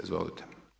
Izvolite.